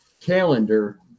calendar